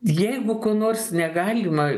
jeigu ko nors negalima